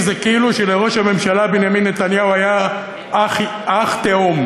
שזה כאילו שלראש הממשלה בנימין נתניהו היה אח תאום.